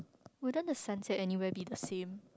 wouldn't the sunset anywhere be the same